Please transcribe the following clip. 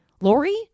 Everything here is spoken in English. Lori